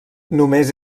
només